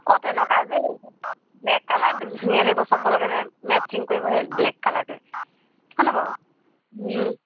অঁ তেনেকুৱা এযোৰ ব্লেক কালাৰ ধুনীয়া লাগিব সবৰ লগেতে মেচিং কৰিব সেই ব্লেক কালাৰটোৱে হয়নে বাৰু